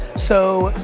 so